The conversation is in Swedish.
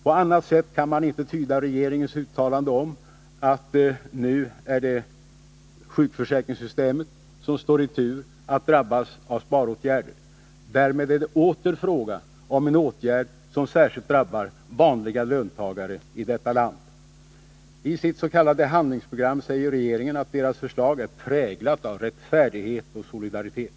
På annat sätt kan man inte tyda dess uttalande om att det nu är sjukförsäkringssystemet som står i tur att drabbas av sparåtgärder. Därmed är det åter fråga om åtgärder som särskilt hårt drabbar vanliga löntagare i detta land. I sitt s.k. handlingsprogram säger regeringen att dess förslag är präglat av rättfärdighet och solidaritet.